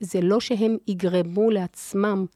זה לא שהם יגרמו לעצמם.